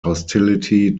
hostility